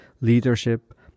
leadership